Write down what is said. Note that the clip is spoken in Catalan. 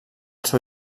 seu